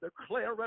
declare